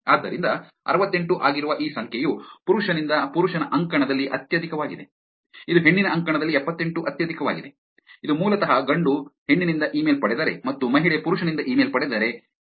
ಆದ್ದರಿಂದ ಅರವತ್ತೆಂಟು ಆಗಿರುವ ಈ ಸಂಖ್ಯೆಯು ಪುರುಷನಿಂದ ಪುರುಷನ ಅಂಕಣದಲ್ಲಿ ಅತ್ಯಧಿಕವಾಗಿದೆ ಇದು ಹೆಣ್ಣಿನ ಅಂಕಣದಲ್ಲಿ ಎಪ್ಪತ್ತೆಂಟು ಅತ್ಯಧಿಕವಾಗಿದೆ ಇದು ಮೂಲತಃ ಗಂಡು ಹೆಣ್ಣಿನಿಂದ ಇಮೇಲ್ ಪಡೆದರೆ ಮತ್ತು ಮಹಿಳೆ ಪುರುಷನಿಂದ ಇಮೇಲ್ ಪಡೆದರೆ ಎಂದು ತೋರಿಸುತ್ತದೆ